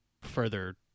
further